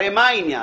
הרי מה העניין?